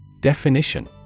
Definition